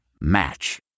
Match